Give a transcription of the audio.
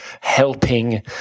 helping